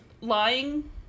lying